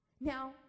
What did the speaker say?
Now